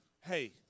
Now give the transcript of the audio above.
Hey